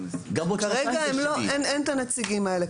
כרגע אין את הנציגים האלה.